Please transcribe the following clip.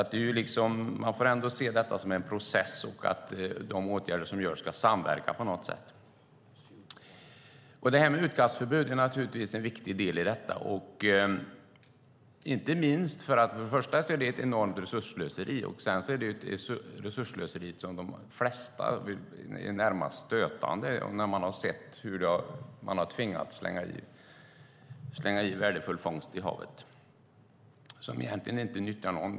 Men får se detta som en process. De åtgärder som vidtas ska samverka på något sätt. Utkastförbud är naturligtvis en viktig del i detta. Först och främst är det ett enormt resursslöseri med utkast. Det är också ett resursslöseri som de flesta närmast finner stötande när de sett hur man tvingats slänga värdefull fångst i havet. Det nyttjar egentligen inte någon.